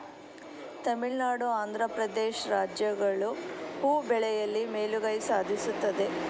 ತಮಿಳುನಾಡು, ಆಂಧ್ರ ಪ್ರದೇಶ್ ರಾಜ್ಯಗಳು ಹೂ ಬೆಳೆಯಲಿ ಮೇಲುಗೈ ಸಾಧಿಸುತ್ತದೆ